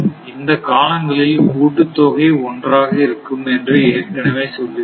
இந்த காலங்களில் கூட்டுத்தொகை ஒன்றாக இருக்கும் என்று ஏற்கனவே சொல்லியுள்ளேன்